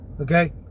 Okay